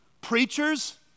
preachers